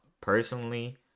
personally